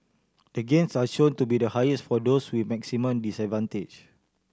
the gains are shown to be the highest for those with maximum disadvantage